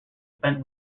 spent